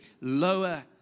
lower